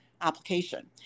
application